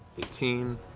eighteen.